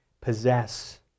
possess